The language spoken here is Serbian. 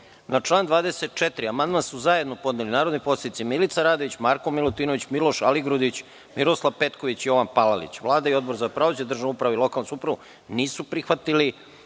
član 24. amandman su zajedno podneli narodni poslanici Milica Radović, Marko Milutinović, Miloš Aligrudić, Miroslav Petković i Jovan Palalić. Vlada i Odbor za pravosuđe, državnu upravu i lokalnu samoupravu nisu prihvatili